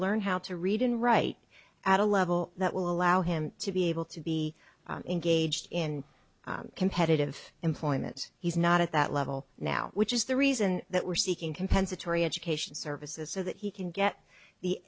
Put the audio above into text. learn how to read and write at a level that will allow him to be able to be engaged in competitive employment he's not at that level now which is the reason that we're seeking compensatory education services so that he can get the